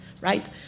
right